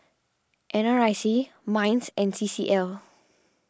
N R I C Minds and C C L